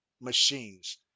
machines